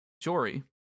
Jory